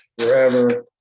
forever